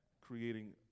creating